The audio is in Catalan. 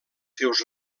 seus